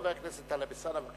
חבר הכנסת טלב אלסאנע.